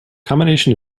combination